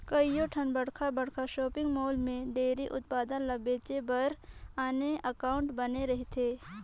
कयोठन बड़खा बड़खा सॉपिंग मॉल में डेयरी उत्पाद ल बेचे बर आने काउंटर बने रहथे